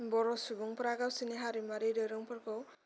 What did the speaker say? बर' सुबुंफोरा गावसोरनि हारिमुआरि दोरोंफोरखौ